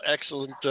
Excellent